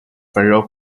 ferro